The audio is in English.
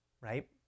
right